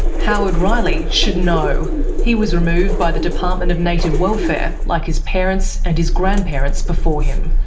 howard riley should know he was removed by the department of native welfare, like his parents and his grandparents before him.